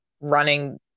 running